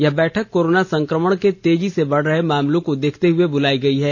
यह बैठक कोरोना संक्रमण के तेजी से बढ़ रहे मामालों को देखते हए बुलाई गई है